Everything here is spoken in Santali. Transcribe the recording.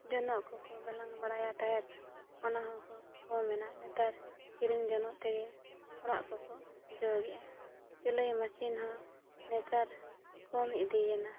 ᱡᱚᱱᱚᱜ ᱠᱚᱠᱚ ᱜᱟᱞᱟᱝ ᱵᱟᱲᱟᱭᱟ ᱛᱟᱦᱮᱸᱫ ᱚᱱᱟ ᱦᱚᱸᱠᱚ ᱠᱚᱢ ᱮᱱᱟ ᱱᱮᱛᱟᱨ ᱠᱤᱨᱤᱧ ᱡᱚᱱᱚᱜ ᱛᱮᱜᱮ ᱚᱲᱟᱜ ᱠᱚ ᱠᱚ ᱡᱚᱜᱮ ᱟ ᱥᱤᱞᱟᱹᱭ ᱢᱮᱹᱥᱤᱱ ᱦᱚᱸ ᱱᱮᱛᱟᱨ ᱠᱚᱢ ᱤᱫᱤᱭᱮᱱᱟ